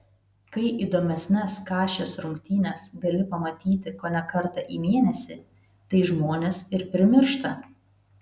kai įdomesnes kašės rungtynes gali pamatyti kone kartą į mėnesį tai žmonės ir primiršta